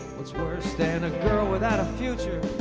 what's worse than a girl without a future